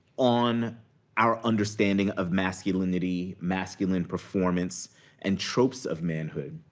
on our understanding of masculinity, masculine performance and tropes of manhood.